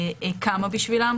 קמה בשבילם.